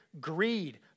greed